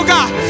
God